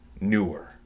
Newer